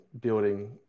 building